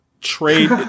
trade